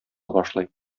башлый